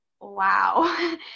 wow